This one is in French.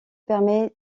permet